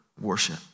worship